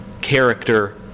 character